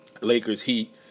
Lakers-Heat